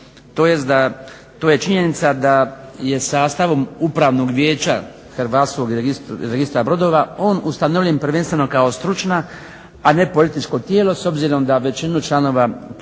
to je činjenica da je sastavom upravnog vijeća Hrvatskog registra brodova on ustanovljen prvenstveno kao stručna a ne političko tijelo s obzirom da većinu članova, da